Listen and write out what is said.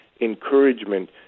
encouragement